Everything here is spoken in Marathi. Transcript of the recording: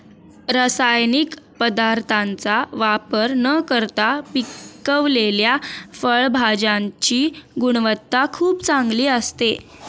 रासायनिक पदार्थांचा वापर न करता पिकवलेल्या फळभाज्यांची गुणवत्ता खूप चांगली असते